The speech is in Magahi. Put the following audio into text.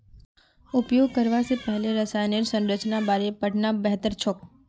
उपयोग करवा स पहले रसायनेर संरचनार बारे पढ़ना बेहतर छोक